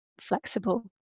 flexible